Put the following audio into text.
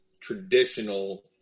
traditional